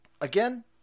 Again